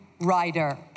rider